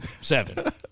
seven